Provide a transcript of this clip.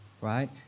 right